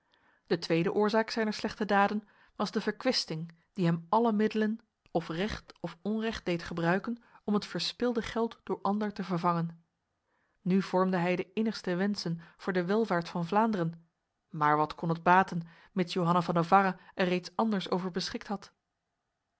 de tweede oorzaak zijner slechte daden was de verkwisting die hem alle middelen of recht of onrecht deed gebruiken om het verspilde geld door ander te vervangen nu vormde hij de innigste wensen voor de welvaart van vlaanderen maar wat kon het baten mits johanna van navarra er reeds anders over beschikt had